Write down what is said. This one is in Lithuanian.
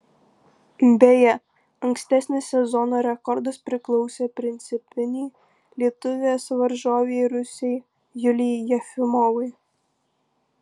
beje ankstesnis sezono rekordas priklausė principinei lietuvės varžovei rusei julijai jefimovai